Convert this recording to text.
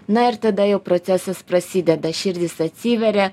na ir tada jau procesas prasideda širdys atsiveria